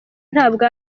ntabwo